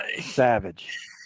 Savage